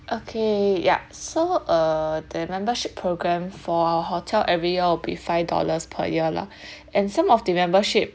okay ya so uh the membership programme for our hotel every year will be five dollars per year lah and some of the membership